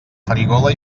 farigola